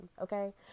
okay